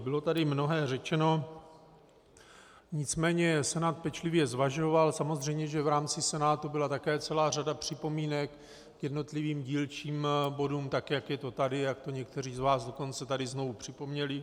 Bylo tady mnohé řečeno, nicméně Senát pečlivě zvažoval, samozřejmě, že v rámci Senátu byla také celá řada připomínek k jednotlivým dílčím bodům, tak jak je to tady, jak to někteří z vás tady znovu připomněli.